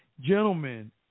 Gentlemen